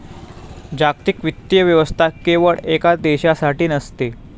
जागतिक वित्तीय व्यवस्था केवळ एका देशासाठी नसते